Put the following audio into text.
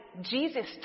Jesus